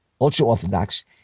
ultra-Orthodox